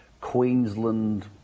Queensland